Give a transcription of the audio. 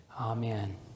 amen